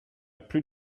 plus